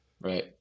Right